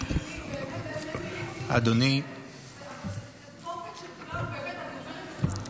אין מילים, זו תופת של כולם, באמת אני אומרת לך.